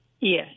Yes